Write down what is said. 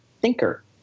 thinker